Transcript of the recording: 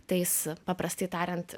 tais paprastai tariant